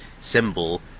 symbol